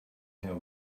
her